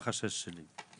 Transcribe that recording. מה החשש שלי?